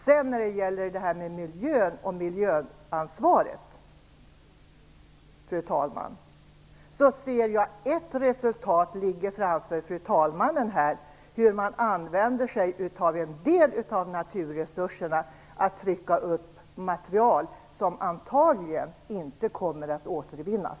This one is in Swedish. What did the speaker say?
Vad sedan gäller miljöansvaret ser jag ett resultat av hur man använder en del av våra naturresurser ligga framför fru talmannen. Man trycker upp material som sedan antagligen inte kommer att återvinnas.